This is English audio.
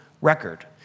record